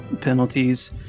penalties